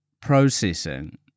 processing